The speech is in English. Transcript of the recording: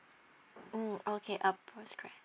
um okay uh postgraduate